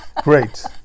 Great